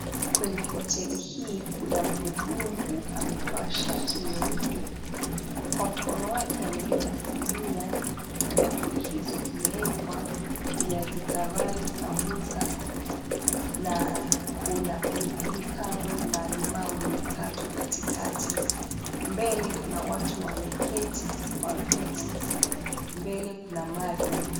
Kwenye hoteli hii kuna mhudumu amevaa shati nyeupe, kwa mkono wake amebeba sinia, kwa bakuli hizo kumeekwa viazi karai, sambusa na kuna pilipili kando na limau limekatwa katikati. Mbele kuna watu wameketi kwa viti, mbele kuna maji.